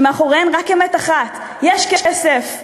שמאחוריהם רק אמת אחת: יש כסף.